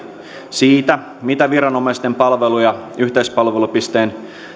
siitä mitä viranomaisten palveluja yhteispalvelupisteen